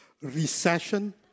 recession